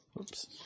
Oops